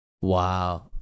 wow